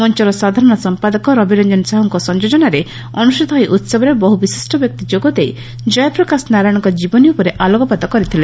ମଞର ସାଧାରଶ ସଂପାଦକ ରବିରଞ୍ଞନ ସାହୁଙ୍କ ସଂଯୋଜନାରେ ଅନୁଷ୍ଠିତ ଏହି ଉହବରେ ବହୁ ବିଶିଷ୍ ବ୍ୟକ୍ତି ଯୋଗଦେଇ ଜୟପ୍କାଶ ନାରାୟଶଙ୍କ ଜୀବନୀ ଉପରେ ଆଲୋକପାତ କରିଥଲେ